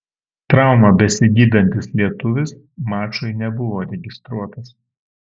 traumą besigydantis lietuvis mačui nebuvo registruotas